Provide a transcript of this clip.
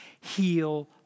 heal